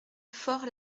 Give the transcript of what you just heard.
fort